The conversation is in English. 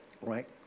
right